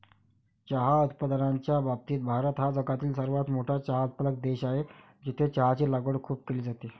चहा उत्पादनाच्या बाबतीत भारत हा जगातील सर्वात मोठा चहा उत्पादक देश आहे, जिथे चहाची लागवड खूप केली जाते